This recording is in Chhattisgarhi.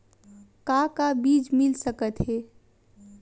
का का बीज मिल सकत हे?